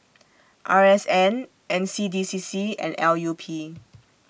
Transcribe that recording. R S N N C D C C and L U P